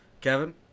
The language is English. Kevin